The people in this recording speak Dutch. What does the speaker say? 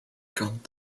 kant